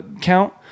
count